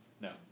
no